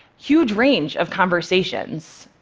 huge range of conversations.